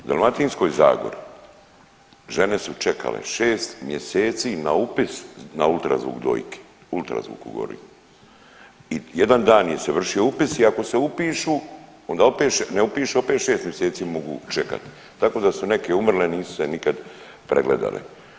U Dalmatinskoj zagori žene su čekale šest mjeseci na upis na ultrazvuk dojke, o ultrazvuku govorim i jedan da se vršio upis i ako se upišu onda ne upišu opet šest mjeseci mogu čekat, tako da su neke umrle nisu se nikad pregledale.